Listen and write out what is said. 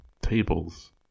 tables